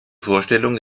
vorstellung